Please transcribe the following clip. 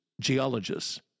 geologists